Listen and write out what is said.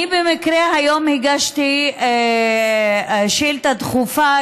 במקרה היום הגשתי שאילתה דחופה: